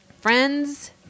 Friends